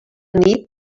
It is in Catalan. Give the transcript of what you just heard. nit